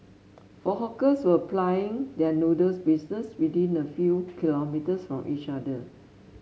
four hawkers were plying their noodles business within a few kilometres from each other